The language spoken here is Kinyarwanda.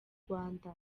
rwanda